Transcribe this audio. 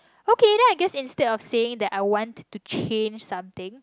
okay then I guess instead of saying that I want to change something